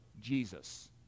Jesus